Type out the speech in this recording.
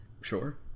Sure